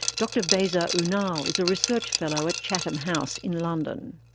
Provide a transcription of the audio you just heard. dr beyza unal is a research fellow at chatham house in london.